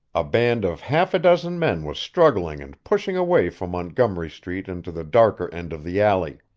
a band of half a dozen men was struggling and pushing away from montgomery street into the darker end of the alley.